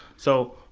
so,